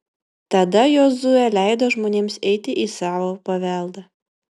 tada jozuė leido žmonėms eiti į savo paveldą